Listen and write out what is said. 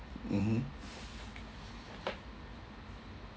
mmhmm